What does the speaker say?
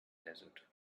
desert